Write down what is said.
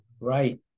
Right